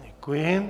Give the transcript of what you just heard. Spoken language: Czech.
Děkuji.